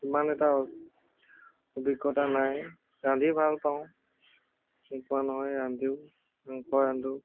ইমান এটা অভিজ্ঞতা নাই ৰান্ধি ভাল পাওঁ নোপোৱা নহয় ৰান্ধিও মাংস ৰান্ধোঁ